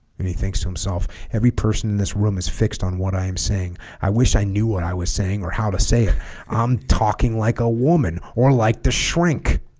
and he thinks to himself every person in this room is fixed on what i am saying i wish i knew what i was saying or how to say it i'm talking like a woman or like to shrink